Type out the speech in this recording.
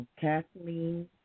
Kathleen